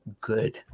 good